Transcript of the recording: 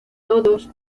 todos